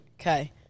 Okay